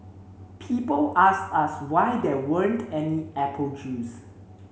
people asked us why there weren't any apple juice